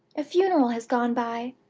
a funeral has gone by,